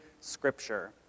scripture